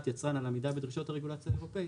יצרן על עמידה בדרישות הרגולציה האירופאית,